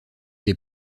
des